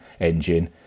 engine